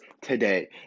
today